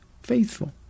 faithful